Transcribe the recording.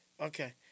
Okay